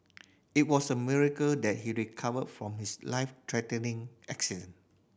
it was a miracle that he recovered from his life threatening accident